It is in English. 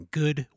good